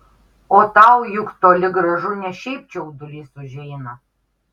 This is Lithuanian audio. o tau juk toli gražu ne šiaip čiaudulys užeina